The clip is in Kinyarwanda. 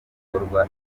ibikorwa